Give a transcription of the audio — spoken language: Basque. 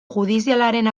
judizialaren